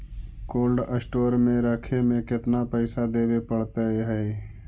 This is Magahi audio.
कोल्ड स्टोर में रखे में केतना पैसा देवे पड़तै है?